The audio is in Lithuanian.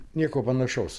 nieko panašaus